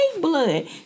blood